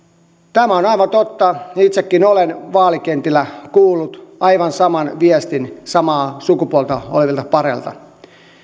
tämä on aivan totta itsekin olen vaalikentillä kuullut aivan saman viestin samaa sukupuolta olevilta pareilta